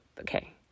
Okay